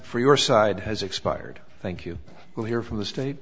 for your side has expired thank you we'll hear from the state